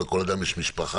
לכל אדם יש משפחה,